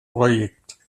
projekt